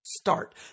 Start